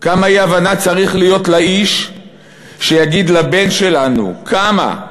כמה אי-הבנה צריך להיות לאיש שיגיד לבן שלנו, כמה?